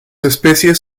especies